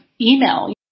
email